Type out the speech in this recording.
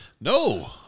No